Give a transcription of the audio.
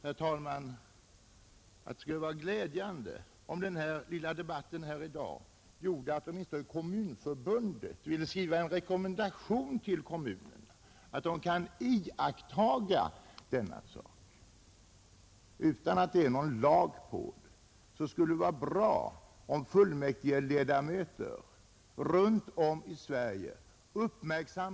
Det skulle, herr talman, vara glädjande om den lilla debatten här i dag medförde att Kommunförbundet ville skriva en rekommendation till kommunerna, så att fullmäktigeledamöter runt om i Sverige uppmärksammade det här förhållandet, även om det inte står inskrivet i någon lag.